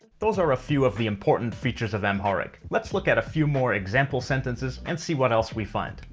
those are a few of the important features of amharic. let's look at a few more example sentences, and see what else we find.